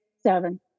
seven